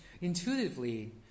Intuitively